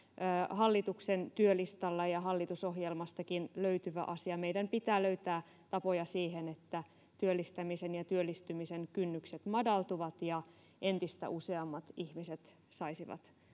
hallituksen työlistalla ja hallitusohjelmastakin löytyvä asia meidän pitää löytää tapoja siihen että työllistämisen ja työllistymisen kynnykset madaltuvat ja entistä useammat ihmiset saisivat